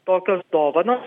tokios dovanos